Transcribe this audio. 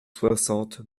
soixante